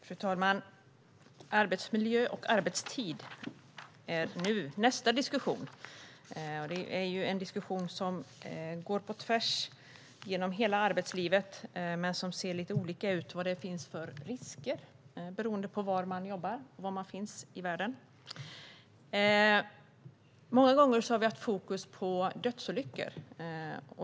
Fru talman! Nästa fråga som vi ska diskutera är arbetsmiljö och arbetstid. Det är en diskussion som går på tvärs genom hela arbetslivet, men som ser lite olika ut med tanke på vad det finns för risker. Det beror på var man jobbar och var man bor i världen. Många gånger har vi haft fokus på dödsolyckor.